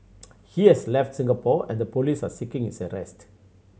he has left Singapore and the police are seeking his arrest